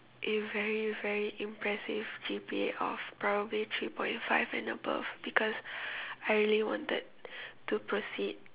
a very very impressive G_P_A of probably three point five and above because I really wanted to proceed